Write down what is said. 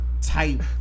type